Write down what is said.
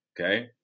okay